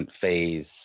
phase